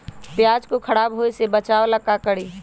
प्याज को खराब होय से बचाव ला का करी?